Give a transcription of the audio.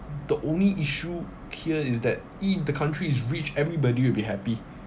the only issue here is that if the country is rich everybody will be happy